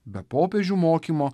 be popiežių mokymo